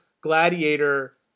gladiator